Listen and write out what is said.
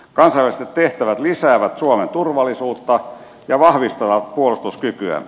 kansainväliset tehtävät lisäävät suomen turvallisuutta ja vahvistavat puolustuskykyämme